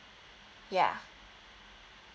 ya